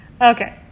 Okay